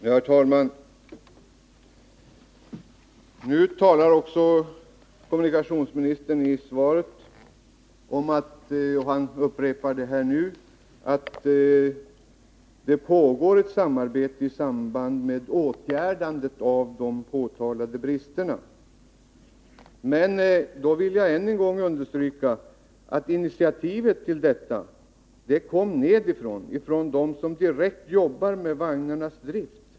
Herr talman! Kommunikationsministern talar i svaret om — och han upprepar det nu — att det pågår ett samarbete med berörd personal i samband med åtgärdandet av de påtalade bristerna. Då vill jag än en gång understryka att initiativet till detta kom nedifrån, från dem som direkt jobbar med vagnarnas drift.